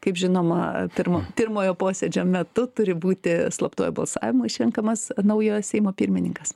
kaip žinoma pirmo pirmojo posėdžio metu turi būti slaptuoju balsavimu išrenkamas naujo seimo pirmininkas